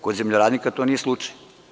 Kod zemljoradnika to nije slučaj.